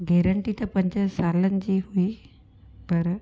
guarantee त पंज सालनि जी हुई पर